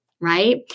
right